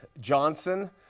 Johnson